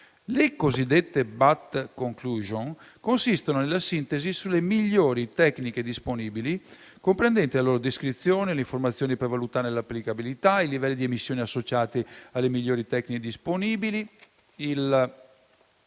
Le cosiddette BAT *conclusion* consistono nella sintesi delle migliori tecniche disponibili, comprendenti la loro descrizione, le informazioni per valutarne l'applicabilità, i livelli di emissione associati alle migliori tecniche disponibili, il